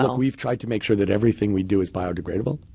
ah we've tried to make sure that everything we do is biodegradable.